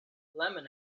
lemon